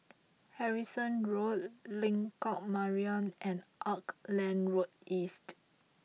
Harrison Road Lengkok Mariam and Auckland Road East